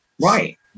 Right